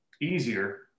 easier